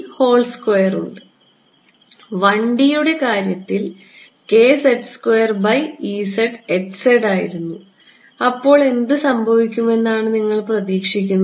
1D യുടെ കാര്യത്തിൽ ആയിരുന്നു അപ്പോൾ എന്ത് സംഭവിക്കുമെന്നാണ് നിങ്ങൾ പ്രതീക്ഷിക്കുന്നത്